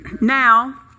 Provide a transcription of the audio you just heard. now